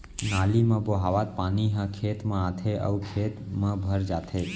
नाली म बोहावत पानी ह खेत म आथे अउ खेत म भर जाथे